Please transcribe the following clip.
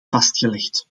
vastgelegd